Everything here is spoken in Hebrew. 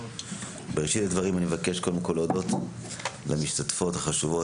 בראשית הדברים, אני מבקש להודות למשתתפת החשובה,